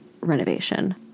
renovation